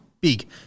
big